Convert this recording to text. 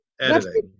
editing